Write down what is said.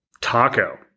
taco